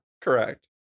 Correct